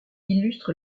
illustre